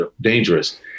dangerous